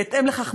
בהתאם לכך,